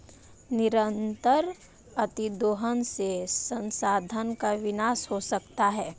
निरंतर अतिदोहन से संसाधन का विनाश हो सकता है